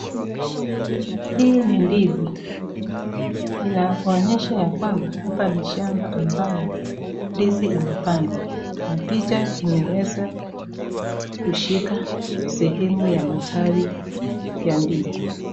Hii ni ndizi zinaonyesha ya kwamba hapa ni shamba ambayo ndizi imepandwa na picha imeweza kushika sehemu ya matawi ya ndizi.